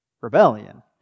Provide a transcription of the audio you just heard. rebellion